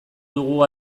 dugu